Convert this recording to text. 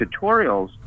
tutorials